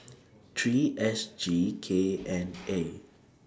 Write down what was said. three S G K N A